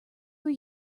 are